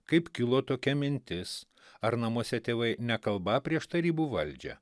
kaip kilo tokia mintis ar namuose tėvai nekalbą prieš tarybų valdžią